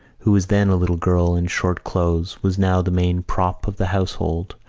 who was then a little girl in short clothes, was now the main prop of the household,